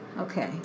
okay